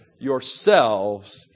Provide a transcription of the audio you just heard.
yourselves